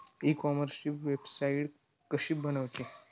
E कॉमर्सची website कशी बनवची?